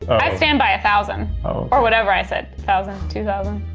i stand by a thousand. oh or whatever i said thousand, two thousand.